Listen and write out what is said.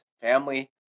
family